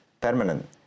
permanent